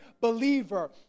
believer